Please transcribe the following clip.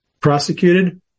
prosecuted